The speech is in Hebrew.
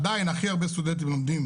עדיין הכי הרבה סטודנטים לומדים